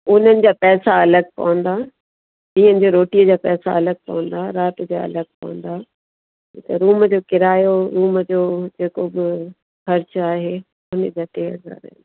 उन्हनि जा पैसा अलॻि पवंदा ॾींहं जी रोटीअ जा पैसा अलॻि पवंदा राति जा अलॻि पवंदा त रूम जो किरायो रूम जो जेको बि ख़र्चु आहे हुनजा टे हज़ार